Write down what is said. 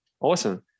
Awesome